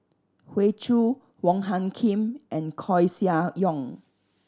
Hoey Choo Wong Hung Khim and Koeh Sia Yong